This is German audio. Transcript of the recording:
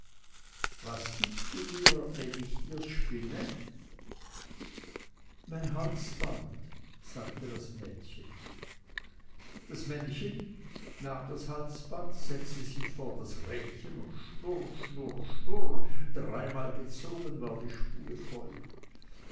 was gibst du mir wenn ich dirs spinne mein halsband sagte das mädchen das männchen nahm das halsband setzte sich vor das rädchen und schnurr schnurr schnurr dreimal gezogen war die spule voll